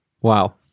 Wow